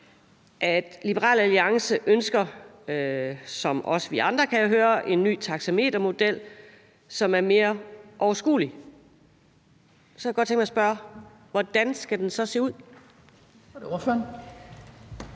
at Liberal Alliance ønsker – som os andre, kan jeg høre – en ny taxametermodel, som er mere overskuelig. Så kunne jeg godt tænke mig at spørge: Hvordan skal den så se ud?